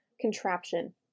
contraption